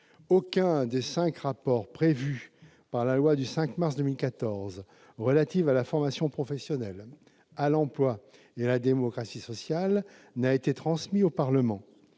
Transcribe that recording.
Aucun des cinq rapports prévus par la loi du 5 mars 2014 relative à la formation professionnelle, à l'emploi et à la démocratie sociale n'a été transmis au Parlement.